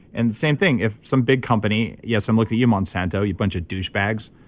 and the same thing, if some big company. yes, i'm looking at you, monsanto you bunch of douche bags.